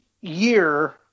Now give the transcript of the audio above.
year